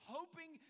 Hoping